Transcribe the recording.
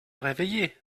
réveiller